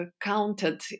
counted